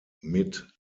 mit